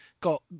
Got